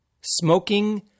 smoking